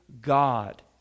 God